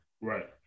Right